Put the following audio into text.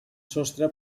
sostre